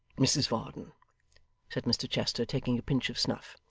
mrs varden said mr chester, taking a pinch of snuff,